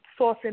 sourcing